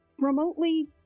remotely